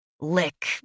Lick